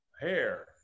Hair